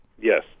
yes